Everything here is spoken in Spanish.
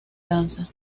danza